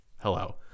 hello